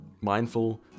Mindful